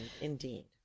Indeed